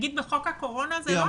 בחוק הקורונה זה לא היה.